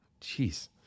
Jeez